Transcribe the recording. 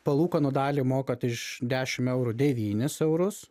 palūkanų dalį mokat iš dešimt eurų devynis eurus